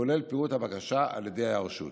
כולל פירוט הבקשה על ידי הרשות.